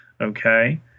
okay